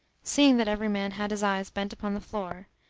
seeing that every man had his eyes bent upon the floor,